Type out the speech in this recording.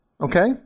okay